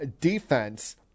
defense